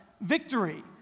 victory